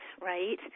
right